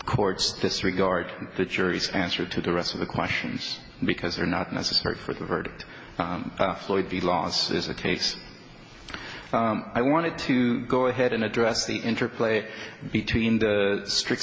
court's disregard that yuri's answer to the rest of the questions because they're not necessary for the verdict floyd the loss is a case i wanted to go ahead and address the interplay between the strict